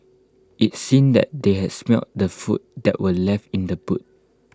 IT seemed that they had smelt the food that were left in the boot